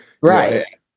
Right